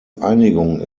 einigung